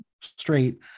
straight